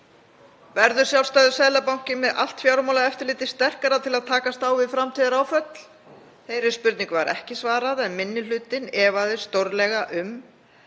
Verður sjálfstæður Seðlabanki með allt fjármálaeftirlitið sterkara til að takast á við framtíðaráföll? Þeirri spurningu var ekki svarað en minni hlutinn efaðist stórlega um